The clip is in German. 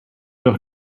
doch